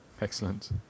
Excellent